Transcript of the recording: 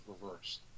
reversed